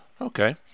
Okay